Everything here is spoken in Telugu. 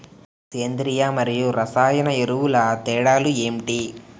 సేంద్రీయ మరియు రసాయన ఎరువుల తేడా లు ఏంటి?